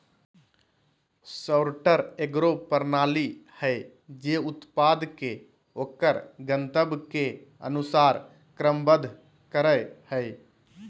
sorter एगो प्रणाली हइ जे उत्पाद के ओकर गंतव्य के अनुसार क्रमबद्ध करय हइ